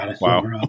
Wow